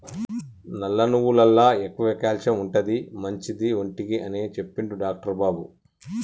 నల్ల నువ్వులల్ల ఎక్కువ క్యాల్షియం ఉంటది, మంచిది ఒంటికి అని చెప్పిండు డాక్టర్ బాబు